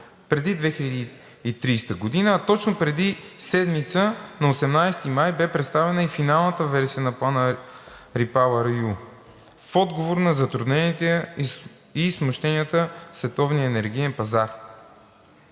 преди 2030 г., а точно преди седмица, на 18 май 2022 г., бе представена и финалната версия на Плана REPowerEU в отговор на затрудненията и смущенията в световния енергиен пазар.